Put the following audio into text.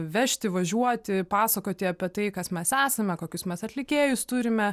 vežti važiuoti pasakoti apie tai kas mes esame kokius mes atlikėjus turime